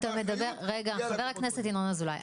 חבר הכנסת ינון אזולאי,